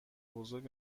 بزرگ